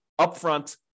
upfront